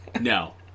No